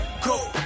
Go